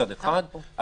מצד אחד,